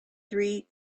three